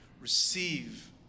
receive